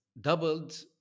doubled